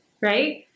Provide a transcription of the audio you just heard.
right